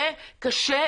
זה קשה.